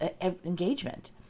engagement